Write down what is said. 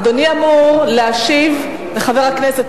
אדוני אמור להשיב לחבר הכנסת,